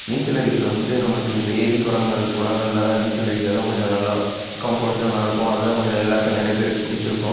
நீச்சல் அடிக்கிறது வந்துட்டு நம்மளுக்கு இந்த ஏரி குளங்கள் குளங்களில் தான் நீச்சல் அடிக்கிறது தான் கொஞ்சம் நல்லா கம்ஃபர்ட் ஜோனாக இருக்கும் அதுதான் கொஞ்சம் எல்லோருக்கும் நிறைய பேருக்கு பிடிச்சிருக்கும்